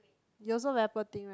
you also very poor thing right